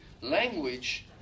language